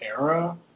era